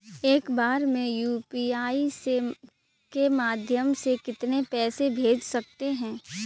एक बार में यू.पी.आई के माध्यम से कितने पैसे को भेज सकते हैं?